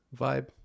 vibe